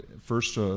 first